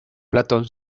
platón